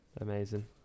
Amazing